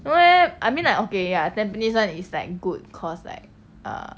don't know leh I mean like okay ya tampines [one] is like good cause like err